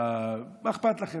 מה אכפת לכם?